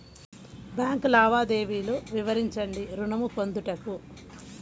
Bank లావాదేవీలు వివరించండి ఋణము పొందుటకు?